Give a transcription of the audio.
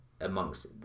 amongst